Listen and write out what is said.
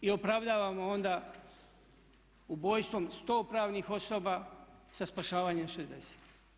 I opravdavamo onda ubojstvom 100 pravnih osoba sa spašavanjem 60.